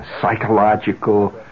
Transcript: psychological